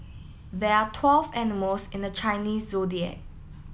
there are twelve animals in the Chinese Zodiac